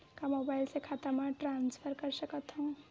का मोबाइल से खाता म ट्रान्सफर कर सकथव?